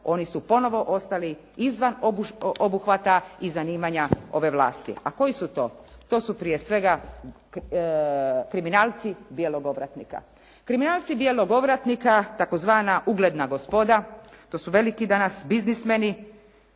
oni su ponovno ostali izvan obuhvata i zanimanja ove vlasti. A koji su to? To su prije svega kriminalci bijelog ovratnika, tzv. ugledna gospoda. To su veliki danas biznismeni